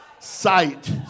sight